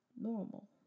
normal